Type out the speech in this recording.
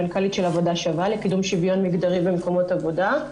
מנכ"לית של עבודה שווה לקידום שוויון מגדרי במקומות עבודה.